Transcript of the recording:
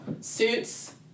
suits